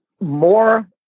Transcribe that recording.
more